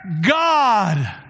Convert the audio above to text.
God